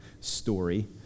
story